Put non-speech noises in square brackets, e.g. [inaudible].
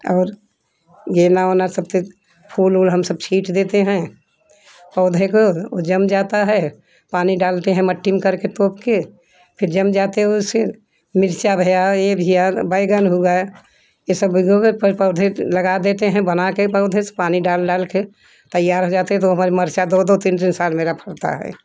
और यह ना होना सबसे फूल और हम सब छिट देते हैं पौधे को ओ जम जाता है पानी डालते हैं मिट्टी में करके ठोपकर फ़िर जम जाते हैं उसे फ़िर मिर्चा भैया यह भैया बैंगन होगा यह सब [unintelligible] पौधे लगा देते हैं बनाकर पौधे पानी डाल डालकर तैयार हो जाते हैं तो हमारी मर्चा दो दो तीन तीन साल मेरा फड़ता है